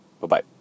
Bye-bye